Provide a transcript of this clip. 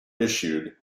issued